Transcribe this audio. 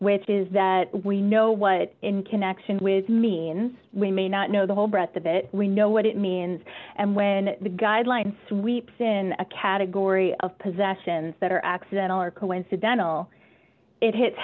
which is that we know what in connection with means we may not know the whole breadth of it we know what it means and when the guideline sweeps in a category of possessions that are accidental or coincidental it hits